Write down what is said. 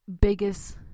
biggest